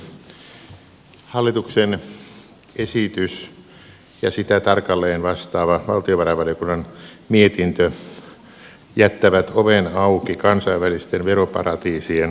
hallituksen esitys ja sitä tarkalleen vastaava valtiovarainvaliokunnan mietintö jättävät oven auki kansainvälisten veroparatiisien hyväksikäytölle